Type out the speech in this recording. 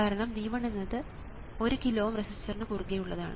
കാരണം V1 എന്നത് 1 kilo Ω റെസിസ്റ്ററിനു കുറുകെയാണ്